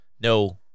No